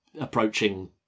approaching